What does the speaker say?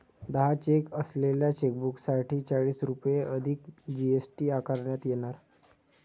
दहा चेक असलेल्या चेकबुकसाठी चाळीस रुपये अधिक जी.एस.टी आकारण्यात येणार